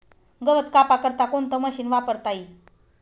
गवत कापा करता कोणतं मशीन वापरता ई?